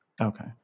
Okay